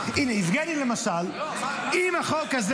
מה --- עשינו בשכל.